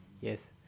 yes